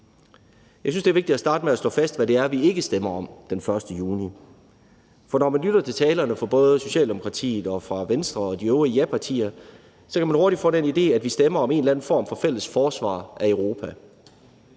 Jeg synes, det er vigtigt at starte med at slå fast, hvad det er, vi ikke stemmer om den 1. juni. For når man lytter til talerne fra både Socialdemokratiet og Venstre og de øvrige japartier, kan man hurtigt få den idé, at vi stemmer om en eller anden form for fælles forsvar af Europa,